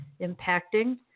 impacting